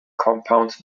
compound